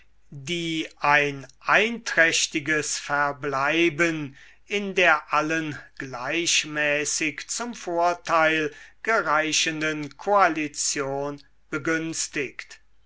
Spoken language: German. die ein einträchtiges verbleiben in der allen gleichmäßig zum vorteil gereichenden koalition begünstigt